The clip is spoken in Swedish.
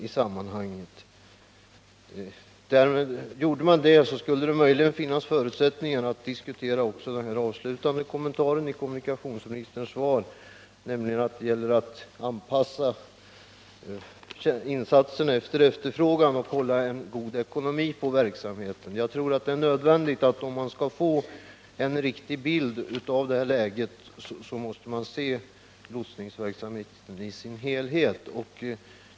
Om man såg till helheten skulle det möjligen finnas förutsättningar för en diskussion beträffande den avslutande kommentaren i kommunikationsministerns svar, nämligen att det gäller att anpassa insatserna till efterfrågan på tjänsterna och att eftersträva en god ekonomi när det gäller denna verksamhet.